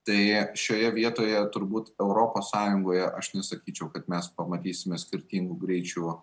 tai šioje vietoje turbūt europos sąjungoje aš nesakyčiau kad mes pamatysime skirtingų greičių